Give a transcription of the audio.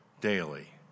daily